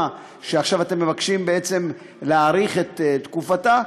שעכשיו אתם מבקשים בעצם להאריך את תקופתה,